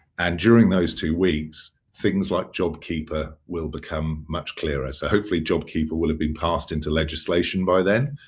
and during those two weeks, things like jobkeeper will become much clearer. so, hopefully, jobkeeper will have been passed into legislation by then.